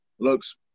Looks